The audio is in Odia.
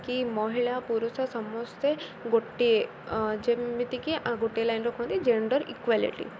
କି ମହିଳା ପୁରୁଷ ସମସ୍ତେ ଗୋଟିଏ ଯେମିତିକି ଗୋଟେ ଲାଇନ୍ ରଖନ୍ତି ଜେଣ୍ଡର୍ ଇକ୍ୱାଲିଟି